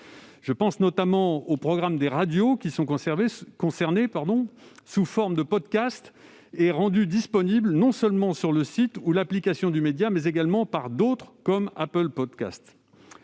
Je pense notamment aux programmes des radios qui sont conservés sous la forme de podcasts et rendus disponibles, non seulement sur le site ou l'application du média, mais également sur d'autres, comme. Cet